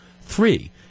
Three